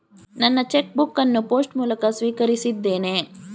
ನನ್ನ cheque book ಅನ್ನು post ಮೂಲಕ ಸ್ವೀಕರಿಸಿದ್ದೇನೆ